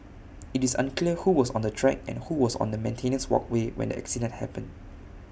IT is unclear who was on the track and who was on the maintenance walkway when the accident happened